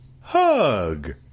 Hug